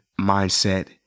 mindset